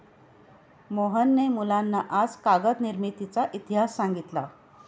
मोहनने मुलांना आज कागद निर्मितीचा इतिहास सांगितला